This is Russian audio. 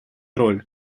роль